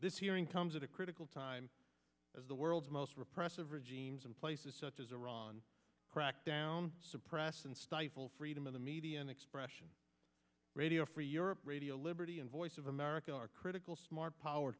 this hearing comes at a critical time as the world's most repressive regimes and places such as iran crackdown suppress and stifle freedom of the media and expression radio free europe radio liberty and voice of america are critical smart power